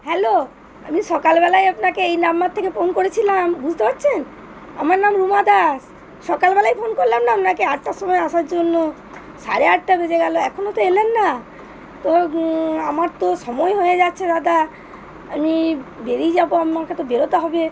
hello আমি সকালবেলায় আপনাকে এই নাম্বার থেকে ফোন করেছিলাম বুঝতে পারছেন আমার নাম রুমা দাস সকালবেলায় ফোন করলাম না আপনাকে আটটার সময় আসার জন্য সাড়ে আটটা বেজে গেল এখনও তো এলেন না তো আমার তো সময় হয়ে যাচ্ছে দাদা আমি বেরিয়ে যাব আমাকে তো বেরোতে হবে